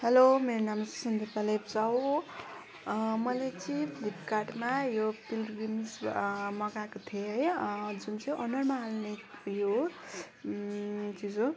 hello मेरो नाम सङ्गीता लेप्चा हो मैले चाहिँ फ्लिपकार्टमा यो पिल्ग्रिम्स मगाएको थिएँ है जुन चाहिँ अनुहारमा हाल्ने उयो हो चिज हो